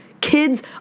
kids